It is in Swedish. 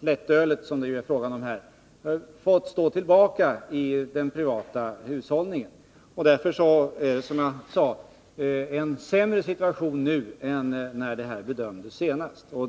det är i detta fall fråga om lättöl — fått stå tillbaka i den privata hushållningen. Därför är det, som jag sade, en sämre situation nu än när detta senast bedömdes.